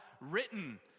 written